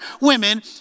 women